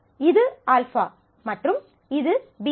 இது α மற்றும் இது β